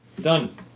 Done